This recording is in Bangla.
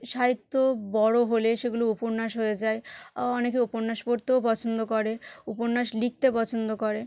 সাহিত্য বড়ো হলে সেগুলো উপন্যাস হয়ে যায় অনেকে উপন্যাস পড়তেও পছন্দ করে উপন্যাস লিখতে পছন্দ করে